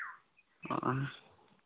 ᱚᱻ